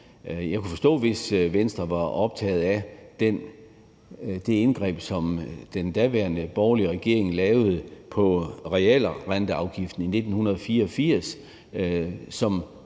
Jeg kunne forstå det, hvis Venstre var optaget af det indgreb, som den daværende borgerlige regering lavede i forhold til realrenteafgiften i 1984,